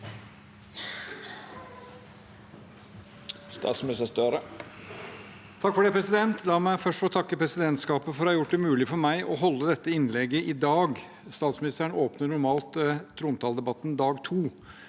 Gahr Støre La meg først få takke presidentskapet for å ha gjort det mulig for meg å holde dette innlegget i dag. Statsministeren åpner normalt trontaledebattens dag